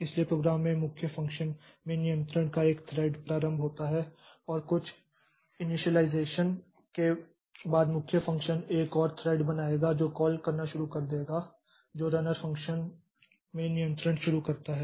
इसलिए प्रोग्राम में मुख्य फ़ंक्शन में नियंत्रण का एक थ्रेड प्रारंभ होता है और कुछ इनिशियलाइज़ेशन के बाद मुख्य फ़ंक्शन एक और थ्रेड बनाएगा जो कॉल करना शुरू कर देगा जो रनर फ़ंक्शन में नियंत्रण शुरू करता है